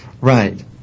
Right